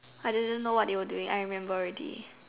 I didn't know what they were doing I remember already